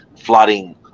flooding